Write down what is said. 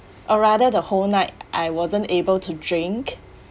or rather the whole night I wasn't able to drink